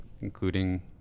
including